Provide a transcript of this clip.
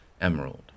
emerald